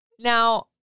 Now